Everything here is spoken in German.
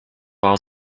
war